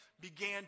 began